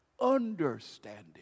understanding